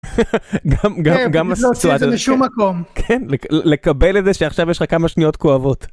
גם גם גם... להוציא את זה משום מקום... לקבל את זה שעכשיו יש לך כמה שניות כואבות.